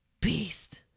beast